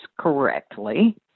correctly